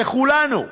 לכולנו,